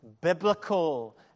biblical